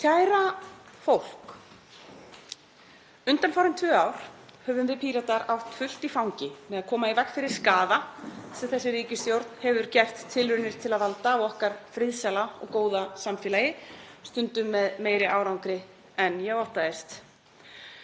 Kæra fólk. Undanfarin tvö ár höfum við Píratar átt fullt í fangi með að koma í veg fyrir skaða sem þessi ríkisstjórn hefur gert tilraunir til að valda á okkar friðsæla og góða samfélagi, stundum meiri árangri en ég óttaðist.